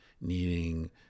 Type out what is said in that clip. needing